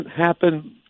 happen